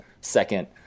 second